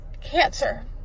cancer